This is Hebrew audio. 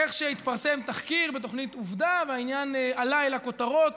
איך שהתפרסם תחקיר בתוכנית עובדה והעניין עלה לכותרות,